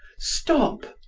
stop!